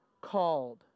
called